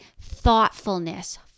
thoughtfulness